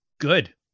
Good